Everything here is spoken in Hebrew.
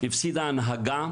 הנהגה